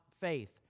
faith